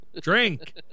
Drink